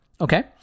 Okay